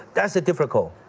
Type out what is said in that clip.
that's difficult,